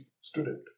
student